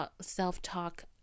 self-talk